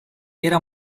era